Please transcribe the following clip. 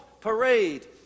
parade